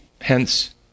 hence